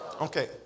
Okay